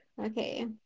Okay